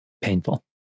painful